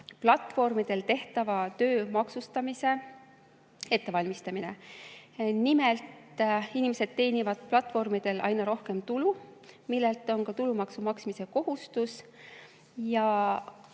platvormidel tehtava töö maksustamine. Nimelt, inimesed teenivad platvormidel aina rohkem tulu, millelt on ka tulumaksu maksmise kohustus.